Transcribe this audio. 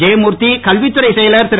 ஜெயமுர்த்தி கல்வித்துறைச் செயலர் திரு